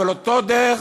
אבל אותה דרך,